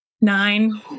Nine